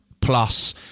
Plus